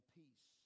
peace